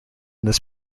this